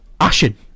Ashen